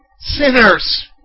sinners